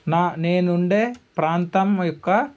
నా నేను ఉండే ప్రాంతం యొక్క